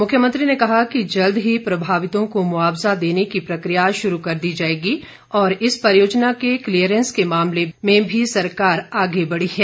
मुख्यमंत्री ने कहा कि जल्द ही प्रभावितों को मुआवज़ा देने की प्रक्रिया शुरू कर दी जाएगी और इस परियोजना के क्लीयरेंस के मामले में भी सरकार आगे बढ़ी है